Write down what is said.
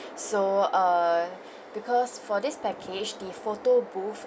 and uh because for this package the photo booth